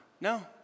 No